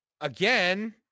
Again